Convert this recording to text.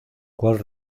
cual